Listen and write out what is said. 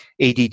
ADD